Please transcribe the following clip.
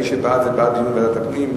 מי שבעד, זה בעד דיון בוועדת הפנים.